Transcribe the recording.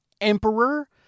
Emperor